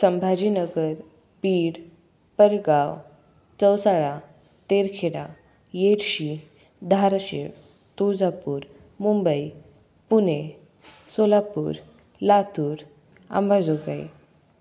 Sambhajinagar Beed Pargaon Chausala Terkheda Yedshi Dharashiv Tuljapur Mumbai Pune Solapur Latur Ambejogai